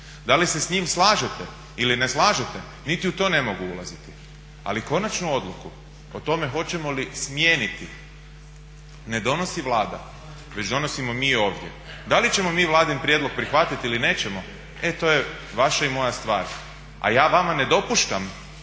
da li se s njim slažete ili ne slažete niti u to ne mogu ulaziti. Ali konačnu odluku o tome hoćemo li smijeniti ne donosi Vlada već donosimo mi ovdje. Da li ćemo mi vladin prijedlog prihvatiti ili nećemo, e to je vaša i moja stvar, a ja vama ne dopuštam